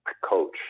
coach